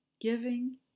giving